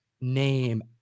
name